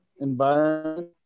Environment